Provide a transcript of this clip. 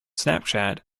snapchat